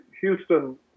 Houston